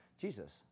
Jesus